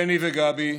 בני וגבי,